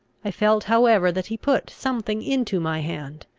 i felt however that he put something into my hand.